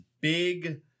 big